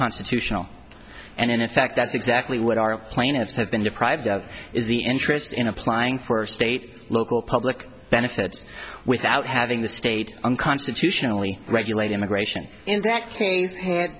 constitutional and in effect that's exactly what our plaintiffs have been deprived of is the interest in applying for state local public benefits without having the state unconstitutionally regulate immigration in that case had